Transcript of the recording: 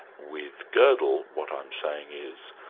with godel, what i'm saying is,